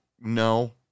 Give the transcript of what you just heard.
No